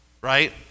right